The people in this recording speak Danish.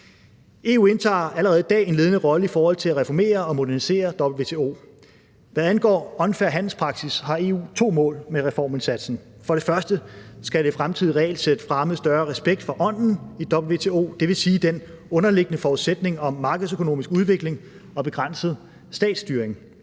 EU indtager allerede i dag en ledende rolle i forhold til at reformere og modernisere WTO. Hvad angår unfair handelspraksis, har EU to mål med reformindsatsen. For det første skal det fremtidige regelsæt fremme større respekt for ånden i WTO, dvs. den underliggende forudsætning om markedsøkonomisk udvikling og begrænset statsstyring.